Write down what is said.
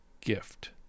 gift